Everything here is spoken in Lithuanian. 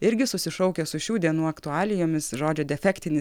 irgi susišaukia su šių dienų aktualijomis žodžio defektinis